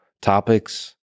topics